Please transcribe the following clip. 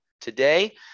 today